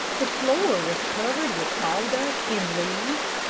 the floor was covered with sawdust and leaves,